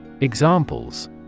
Examples